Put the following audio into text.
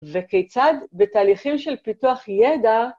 וכיצד בתהליכים של פיתוח ידע